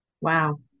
Wow